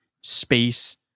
space